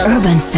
Urban